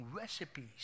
recipes